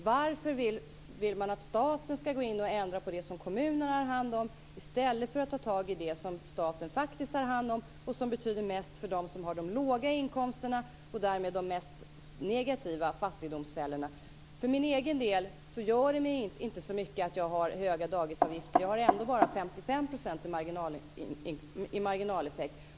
Varför vill man att staten skall gå in och ändra på det som kommunerna har hand om i stället för att ta tag i det som staten faktiskt har hand om och som betyder mest för dem som har de låga inkomsterna och som därmed är de mest negativa fattigdomsfällorna? För min egen del gör det inte så mycket att jag har höga dagisavgifter. Jag har ändå bara 55 % i marginaleffekt.